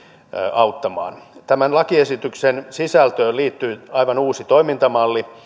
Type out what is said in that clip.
auttamaan tämän lakiesityksen sisältöön liittyy aivan uusi toimintamalli